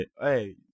Hey